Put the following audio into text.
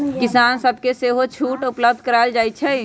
किसान सभके सेहो छुट उपलब्ध करायल जाइ छइ